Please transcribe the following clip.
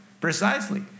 Precisely